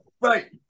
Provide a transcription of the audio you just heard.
right